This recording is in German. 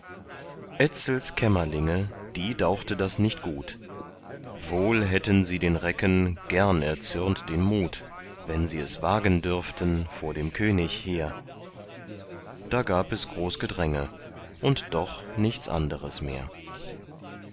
etzels kämmerlinge die dauchte das nicht gut wohl hätten sie den recken gern erzürnt den mut wenn sie es wagen dürften vor dem könig hehr da gab es groß gedränge und doch nichts anderes mehr